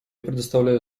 предоставляю